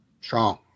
Strong